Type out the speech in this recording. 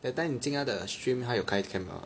that time 你进他的 stream 他有开 camera uh